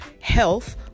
health